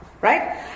right